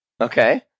okay